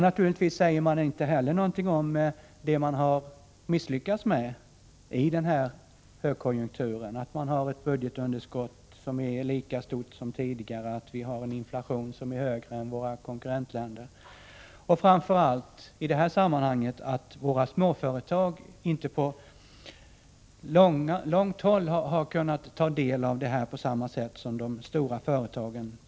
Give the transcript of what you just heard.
Naturligtvis säger man inte heller någonting om det som man har misslyckats med i denna högkonjunktur, att budgetunderskottet är lika stort som tidigare, att inflationen är högre hos oss än i våra konkurrentländer och — viktigast i detta sammanhang — att våra småföretag inte på långa vägar har kunnat ta del av högkonjunkturen på samma sätt som de stora företagen.